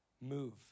move